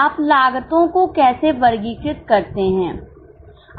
आप लागतों को कैसे वर्गीकृत करते हैं